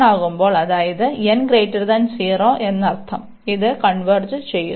ആകുമ്പോൾ അതായത് n 0 എന്നർത്ഥം ഇത് കൺവെർജ് ചെയ്യുന്നു